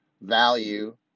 value